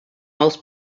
most